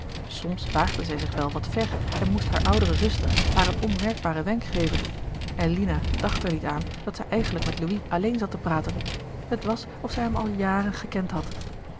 soms waagde zij zich wel wat ver en moest hare oudere zuster haar een onmerkgerard keller het testament van mevrouw de tonnette baren wenk geven en lina dacht er niet aan dat zij eigenlijk met louis alleen zat te praten het was of zij hem al jaren gekend had